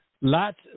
Lots